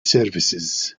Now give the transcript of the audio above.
services